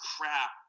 crap